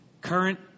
current